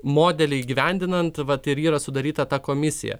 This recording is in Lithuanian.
modelį įgyvendinant vat ir yra sudaryta ta komisija